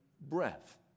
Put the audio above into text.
breath